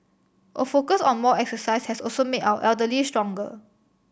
a focus on more exercise has also made our elderly stronger